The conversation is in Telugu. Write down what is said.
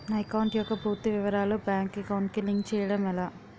నా అకౌంట్ యెక్క పూర్తి వివరాలు బ్యాంక్ అకౌంట్ కి లింక్ చేయడం ఎలా?